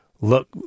Look